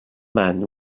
man